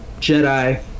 jedi